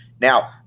Now